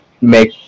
make